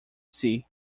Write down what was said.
sea